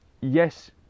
yes